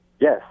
Yes